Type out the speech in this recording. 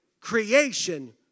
Creation